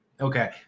Okay